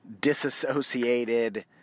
disassociated